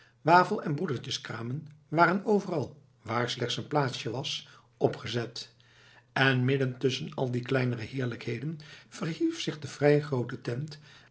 wafelen broedertjeskramen waren overal waar slechts een plaatsje was opgezet en midden tusschen al die kleinere heerlijkheden verhief zich de vrij groote tent